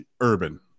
urban